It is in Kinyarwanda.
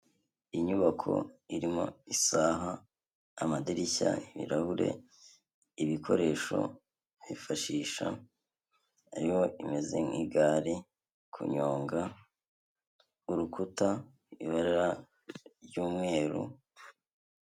Inyubako irimo isaha, amadirishya, ibirahure, ibikoresho bifashisha, hariho imeze nk'igare, kunyonga, urukuta, ibara ry'umweru.